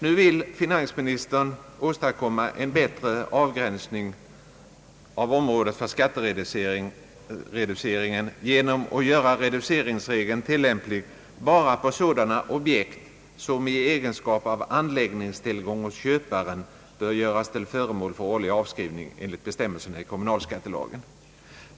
Nu vill finansministern åstadkomma en bättre avgränsning av området för skattereduceringen genom att göra reduceringsregeln tillämplig bara på sådana objekt som i egenskap av anläggningstillgång hos köparen bör göras till föremål för årlig avskrivning enligt bestämmelserna i kommunalskattelagen.